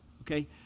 Okay